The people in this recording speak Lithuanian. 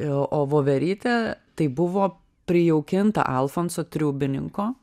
o voverytė tai buvo prijaukinta alfonso triūbininko